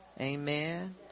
Amen